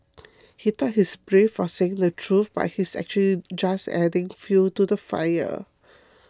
he thought he's brave for saying the truth but he's actually just adding fuel to the fire